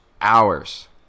hours